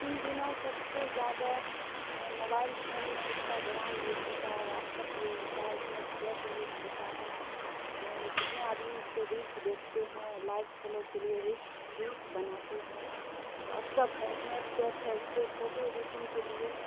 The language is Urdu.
ان دنوں سب سے زیادہ موبائل پھون میں اشٹاگرام یوج ہوتا ہے واٹسپ یوز ہوتا ہے اسنیپچیٹ یوج ہوتا ہے کتنے آدمی اس پہ ریلس دیکھتے ہیں لائک فالو کے لیے ریلس بناتے ہیں واٹسپ ہے اسنیپچیٹ ہے اس پہ فوٹو ایڈیٹنگ کے لیے